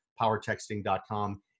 Powertexting.com